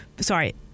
Sorry